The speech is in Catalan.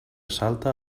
salta